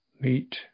meet